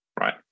right